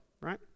right